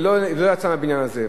ולא יצאה מהבניין הזה.